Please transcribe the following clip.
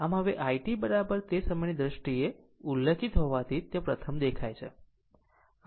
હવે આમ i t તે સમયની દ્રષ્ટિએ ઉલ્લેખિત હોવાથી તે પ્રથમ દેખાય છે